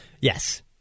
Yes